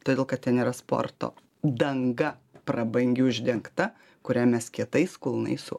todėl kad ten yra sporto danga prabangi uždengta kurią mes kietais kulnais su